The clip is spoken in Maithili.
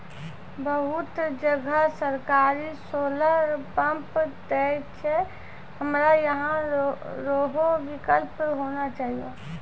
बहुत जगह सरकारे सोलर पम्प देय छैय, हमरा यहाँ उहो विकल्प होना चाहिए?